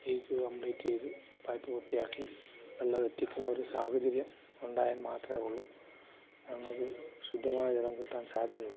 leak കമ്പ്ലീറ്റെയ്ത് pipe വൃത്തിയാക്കി വെള്ളം എത്തിക്കുന്നൊരു സാഹചര്യം ഉണ്ടായാല് മാത്രമേ ഉള്ളു ഞങ്ങള്ക്ക് ശുദ്ധമായ ജലം കിട്ടാന് സാധ്യതയുള്ളു